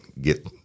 get